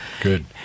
good